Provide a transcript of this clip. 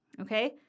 Okay